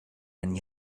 and